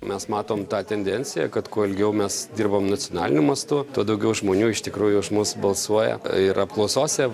mes matom tą tendenciją kad kuo ilgiau mes dirbam nacionaliniu mastu tuo daugiau žmonių iš tikrųjų už mus balsuoja ir apklausose